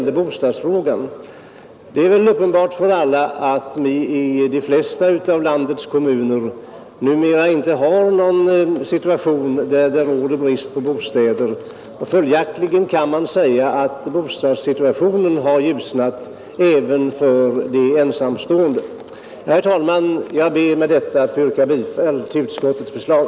Det är uppenbart för alla att de flesta av landets kommuner numera inte har någon brist på bostäder. Följaktligen kan man säga att bostadssituationen har ljusnat även för de ensamstående. Herr talman! Jag ber med detta att få yrka bifall till utskottets förslag.